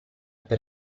per